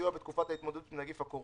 להיות יותר הוגנת מזה כלפיך?